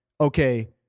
okay